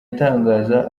atangaza